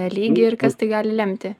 lygį ir kas tai gali lemti